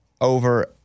over